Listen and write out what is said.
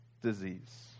disease